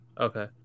Okay